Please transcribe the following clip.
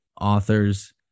author's